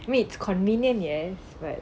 meets convenient yes but